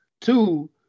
Two